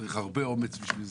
צריך הרבה אומץ בשביל זה.